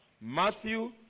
Matthew